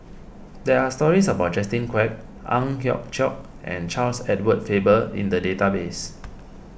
there are stories about Justin Quek Ang Hiong Chiok and Charles Edward Faber in the database